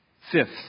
Fifth